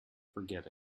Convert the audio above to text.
forget